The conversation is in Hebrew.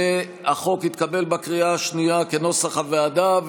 והחוק התקבל בקריאה השנייה, כנוסח הוועדה.